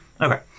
Okay